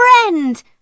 friend